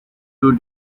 two